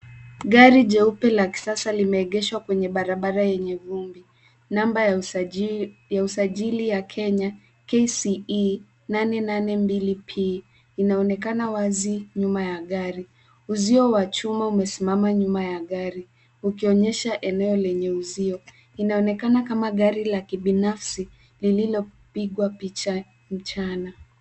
Gari jeupe la kisasa limeegeshwa kwenye barabara enye vumbi. Namba ya usajili ya Kenya KCE 882P inaonekana wazi nyuma ya gari. Uzio wa chuma umesimama nyuma ya gari ukionyesha eneo lenye uzio. Inaonekana kama gari la kibinafsi lililopigwa picha mchana.